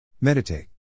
Meditate